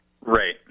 right